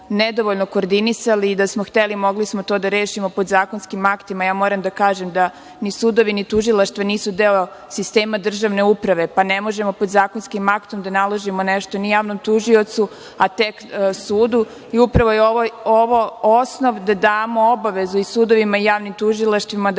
koordinisali i da smo hteli, mogli smo to da rešimo podzakonskim aktima. Moram da kažem da ni sudovi, ni tužilaštva nisu deo sistema državne uprave, pa ne možemo podzakonskim aktom da naložimo nešto ni javnom tužiocu, a tek sudu. Upravo je ovo osnov da damo obavezu i sudovima i javnim tužilaštvima da